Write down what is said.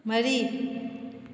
ꯃꯔꯤ